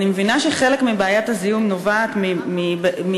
אני מבינה שחלק מבעיית הזיהום נובעת מאי-הפרדה